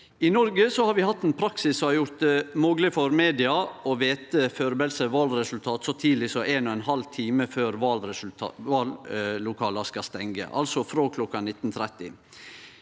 I Noreg har vi hatt ein praksis som har gjort det mogleg for media å vete førebelse valresultat så tidleg som ein og ein halv time før vallokala skal stengje, altså frå kl. 19.30.